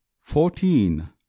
Fourteen